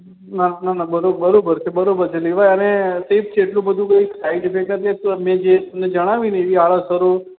ના ના ના બરાબર છે બરાબર છે લેવાય અને સેફ છે એટલું બધું કંઈ સાઇડ ઇફેક્ટ નથી એટલું મેં તમને જે જણાવી ને એવી આડઅસરો